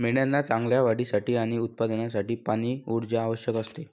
मेंढ्यांना चांगल्या वाढीसाठी आणि उत्पादनासाठी पाणी, ऊर्जा आवश्यक असते